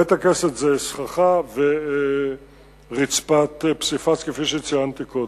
בית-הכנסת זה סככה ורצפת פסיפס כפי שציינתי קודם.